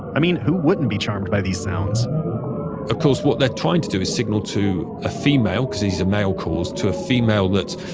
i mean, who wouldn't be charmed by these sounds of course what they're trying to do is signal to a female, because he's a male calls to a female that,